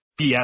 BS